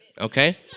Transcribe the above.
okay